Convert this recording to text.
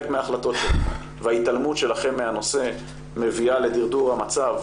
מההחלטות וההתעלמות שלכם מהנושא מביאה לדרדור המצב,